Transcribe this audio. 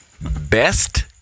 Best